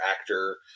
actor